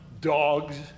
dogs